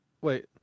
Wait